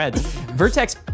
Vertex